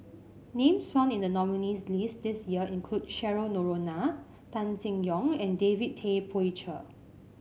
names found in the nominees' list this year include Cheryl Noronha Tan Seng Yong and David Tay Poey Cher